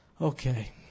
Okay